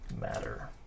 matter